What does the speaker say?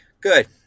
Good